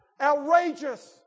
Outrageous